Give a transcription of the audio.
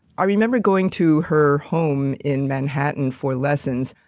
i remember going to her home in manhattan for lessons,